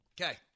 Okay